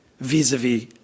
vis-a-vis